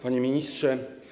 Panie Ministrze!